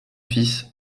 fils